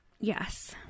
Yes